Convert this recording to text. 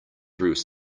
through